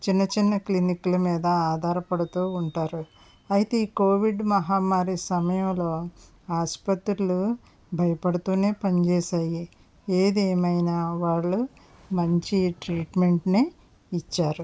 చిన్న చిన్న క్లినిక్ల మీద ఆధారపడుతూ ఉంటారు అయితే ఈ కోవిడ్ మహమ్మారి సమయంలో ఆసుపత్రులు భయపడుతూనే పని చేశాయి ఏదేమైనా వాళ్ళు మంచి ట్రీట్మెంట్ని ఇచ్చారు